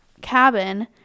cabin